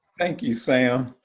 thank you, sam.